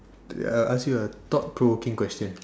I ask you ah thought provoking question